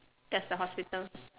that's the hospital